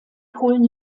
polen